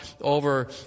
over